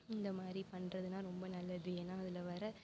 இந்தமாதிரி பண்ணுறதுலாம் ரொம்ப நல்லது ஏன்னா இதில் வர